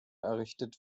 errichtet